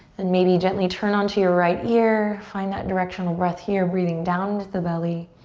and maybe gently turn onto your right ear, find that directional breath here breathing down to the belly.